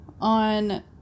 on